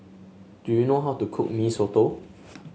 do you know how to cook Mee Soto